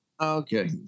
Okay